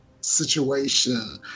situation